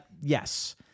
yes